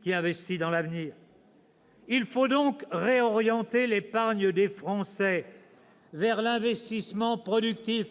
qui investit dans l'avenir. Il faut donc réorienter l'épargne des Français vers l'investissement productif.